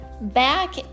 back